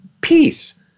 Peace